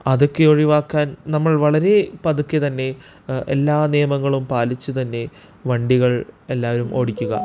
അതൊക്കെ ഒഴിവാക്കാൻ നമ്മൾ വളരെ പതുക്കെ തന്നെ എല്ലാ നിയമങ്ങളും പാലിച്ചു തന്നെ വണ്ടികൾ എല്ലാവരും ഓടിക്കുക